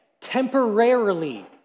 temporarily